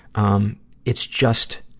um it's just,